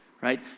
Right